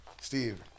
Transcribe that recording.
Steve